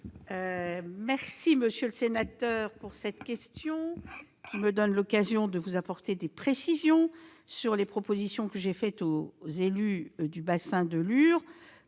Monsieur le sénateur, je vous remercie de cette question, qui me donne l'occasion de vous apporter des précisions quant aux propositions que j'ai faites aux élus du bassin de Lure.